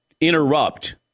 interrupt